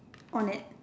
on it